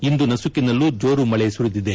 ಇಂದು ನಸುಕಿನಲ್ಲೂ ಜೋರು ಮಳೆ ಸುರಿದಿದೆ